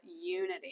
unity